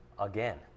again